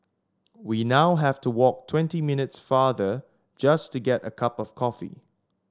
we now have to walk twenty minutes farther just to get a cup of coffee